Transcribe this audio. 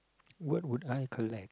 what would I collect